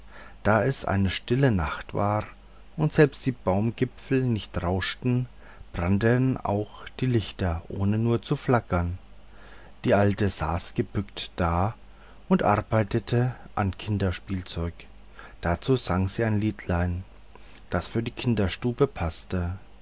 da es eine stille nacht war und selbst die baumgipfel nicht rauschten brannten auch die lichter ohne nur zu flackern die alte saß gebückt da und arbeitete an kinderspielzeug dazu sang sie ein liedlein das für die kinderstube paßte